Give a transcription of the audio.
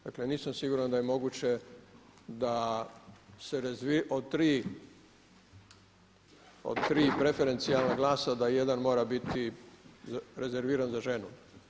Dakle, nisam siguran da je moguće da se od tri preferencijalna glasa da jedan mora biti rezerviran za ženu.